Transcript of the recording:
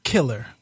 Killer